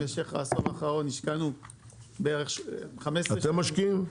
במשך העשור האחרון השקענו בערך --- אתם משקיעים?